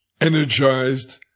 Energized